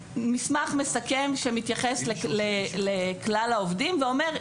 אלא מסמך מסכם שמתייחס לכלל העובדים ואומר,